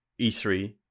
E3